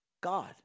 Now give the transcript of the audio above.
God